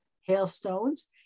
hailstones